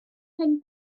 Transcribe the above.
hen